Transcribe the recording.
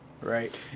Right